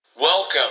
Welcome